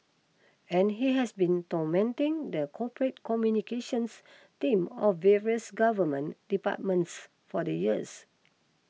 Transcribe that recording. and he has been tormenting the corporate communications team of various government departments for the years